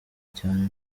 cyane